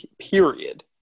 Period